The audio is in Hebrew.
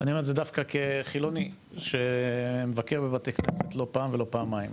אני אומר את זה דווקא כחילוני שמבקר בבתי כנסת לא פעם ולא פעמיים,